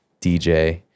DJ